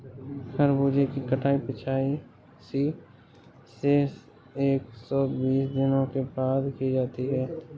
खरबूजे की कटाई पिचासी से एक सो बीस दिनों के बाद की जाती है